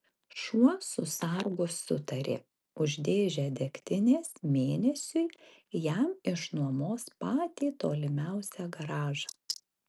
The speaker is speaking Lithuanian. šuo su sargu sutarė už dėžę degtinės mėnesiui jam išnuomos patį tolimiausią garažą